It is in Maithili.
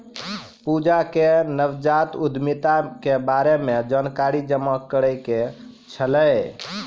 पूजा के नवजात उद्यमिता के बारे मे जानकारी जमा करै के छलै